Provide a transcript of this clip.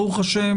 ברוך ה',